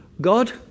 God